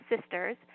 sisters